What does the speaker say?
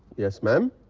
yes ma'am.